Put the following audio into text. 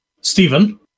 Stephen